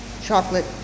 chocolate